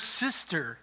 sister